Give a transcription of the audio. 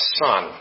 son